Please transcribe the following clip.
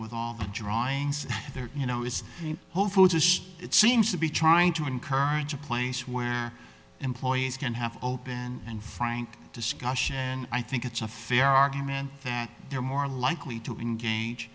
with all the drawings there you know it's in whole foods or it seems to be trying to encourage a place where employees can have open and frank discussion i think it's a fair argument that they're more likely to engage